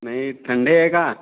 नहीं ठंडे है का